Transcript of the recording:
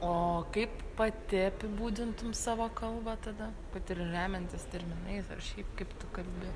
o kaip pati apibūdintum savo kalbą tada kad ir remiantis terminais ar šiaip kaip tu kalbi